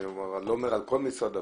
אני לא אומר על כל משרד הבריאות,